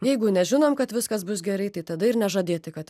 jeigu nežinom kad viskas bus gerai tada ir nežadėti kad